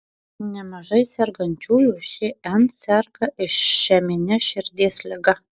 nemažai sergančiųjų šn serga išemine širdies liga